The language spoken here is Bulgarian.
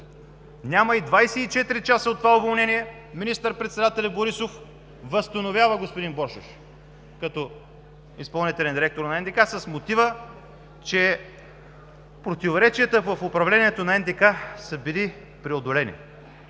Няма и 24 часа от това уволнение министър-председателят Борисов го възстановява като изпълнителен директор на НДК с мотива, че противоречията в управлението на НДК са били преодолени.